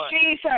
Jesus